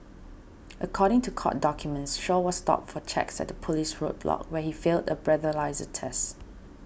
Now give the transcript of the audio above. according to court documents Shaw was stopped for checks at a police roadblock where he failed a breathalyser test